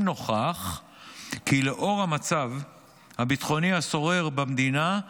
אם נוכח כי לנוכח המצב הביטחוני השורר במדינה,